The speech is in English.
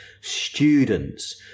students